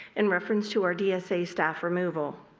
in reference to our dsa staff removal.